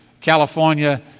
California